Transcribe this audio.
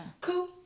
cool